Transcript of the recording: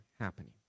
happening